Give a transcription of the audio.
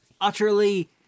utterly